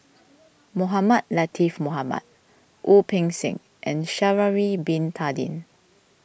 Mohamed Latiff Mohamed Wu Peng Seng and Sha'ari Bin Tadin